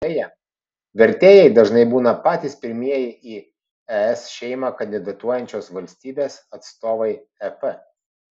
beje vertėjai dažnai būna patys pirmieji į es šeimą kandidatuojančios valstybės atstovai ep